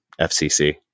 FCC